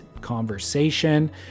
conversation